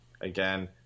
Again